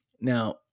Now